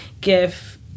give